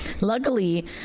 Luckily